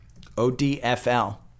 ODFL